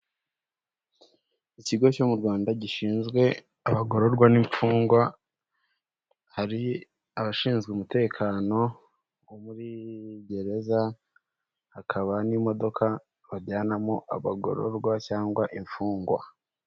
Ikigo cyo mu Rwanda gishinzwe abagororwa n'imfungwa, hari abashinzwe umutekano muri gereza, hakaba n'imodoka bajyanamo abagororwa cyangwa imfungwa.